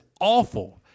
awful